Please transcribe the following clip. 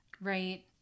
Right